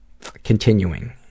Continuing